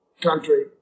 country